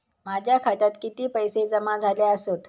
माझ्या खात्यात किती पैसे जमा झाले आसत?